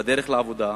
בדרך לעבודה,